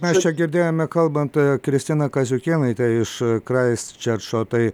mes čia girdėjome kalbant kristiną kaziukėnai iš kraisčerčo tai